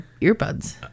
earbuds